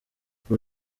ubwo